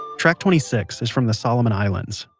track twenty six is from the solomon islands.